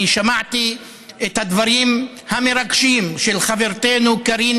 שמעתי את הדברים המרגשים של חברתי קארין